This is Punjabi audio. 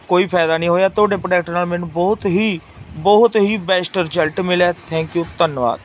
ਕੋਈ ਫ਼ਾਇਦਾ ਨਹੀਂ ਹੋਇਆ ਤੁਹਾਡੇ ਪ੍ਰੋਡਕਟ ਨਾਲ ਮੈਨੂੰ ਬਹੁਤ ਹੀ ਬਹੁਤ ਹੀ ਬੈਸਟ ਰਿਜਲਟ ਮਿਲਿਆ ਥੈਂਕ ਯੂ ਧੰਨਵਾਦ